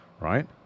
right